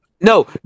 no